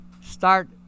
start